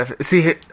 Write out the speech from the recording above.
see